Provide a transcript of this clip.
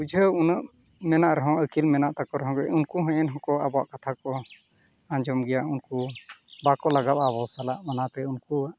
ᱵᱩᱡᱷᱟᱹᱣ ᱩᱱᱟᱹᱜ ᱢᱮᱱᱟᱜ ᱨᱮᱦᱚᱸ ᱟᱹᱠᱤᱞ ᱢᱮᱱᱟᱜ ᱛᱟᱠᱚ ᱨᱮᱦᱚᱸ ᱩᱱᱠᱩ ᱦᱚᱸ ᱮᱱ ᱦᱚᱸᱠᱚ ᱟᱵᱚᱣᱟᱜ ᱠᱟᱛᱷᱟ ᱠᱚ ᱟᱸᱡᱚᱢ ᱜᱮᱭᱟ ᱩᱱᱠᱩ ᱵᱟᱠᱚ ᱞᱟᱜᱟᱜᱼᱟ ᱟᱵᱚ ᱥᱟᱞᱟᱜ ᱚᱱᱟᱛᱮ ᱩᱱᱠᱩᱣᱟᱜ